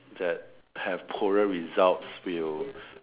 that have poorer results will